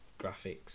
graphics